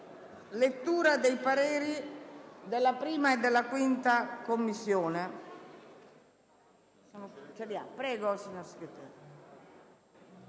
lettura dei pareri della 5a e della 1a Commissione